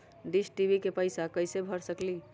Dish TV के पैईसा कईसे भर सकली?